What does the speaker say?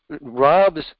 robs